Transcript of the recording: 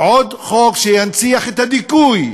עוד חוק שינציח את הדיכוי,